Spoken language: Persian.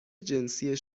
جنسی